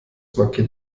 markiert